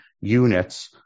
units